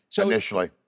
initially